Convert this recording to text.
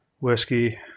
whiskey